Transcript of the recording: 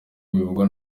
bivugwa